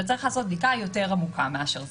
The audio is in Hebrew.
צריך לעשות בדיקה יותר עמוקה מאשר זה.